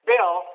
Bill